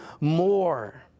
more